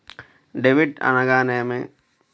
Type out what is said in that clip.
Debit అనగానేమి?